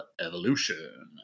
evolution